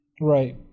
Right